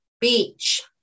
Beach